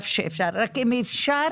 אם אפשר